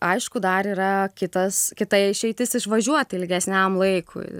aišku dar yra kitas kita išeitis išvažiuoti ilgesniam laikui